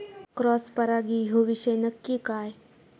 Cross परागी ह्यो विषय नक्की काय?